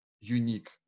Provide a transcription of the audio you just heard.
unique